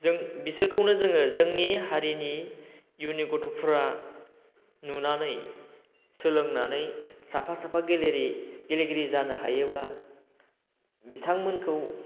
जों बिसोरखौनो जोङो जोंनि हारिनि इयुननि गथ'फोरा नुनानै सोलोंनानै साफा साफा गेलेरि गेलेगिरि जानो हायोब्ला बिथांमोनखौ